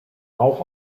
rauch